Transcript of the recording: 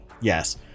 yes